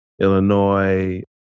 Illinois